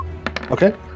Okay